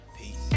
peace